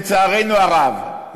לצערנו הרב,